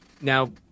now